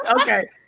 Okay